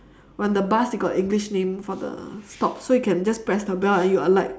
when the bus it got english name for the stop so you can just press the bell and you alight